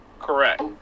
Correct